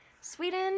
Sweden